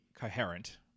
coherent